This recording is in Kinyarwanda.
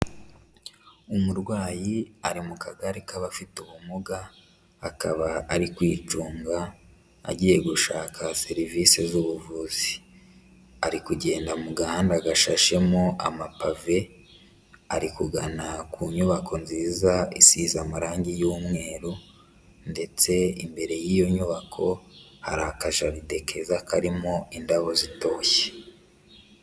Umurwayi ari mu kagari k'abafite ubumuga, akaba ari kwicunga agiye gushaka serivisi z'ubuvuzi, ari kugenda mu gahanda gashashemo amapave, ari kugana ku nyubako nziza isize amarangi y'umweru, ndetse imbere y'iyo nyubako hari akajaride keza karimo indabo zitoshye.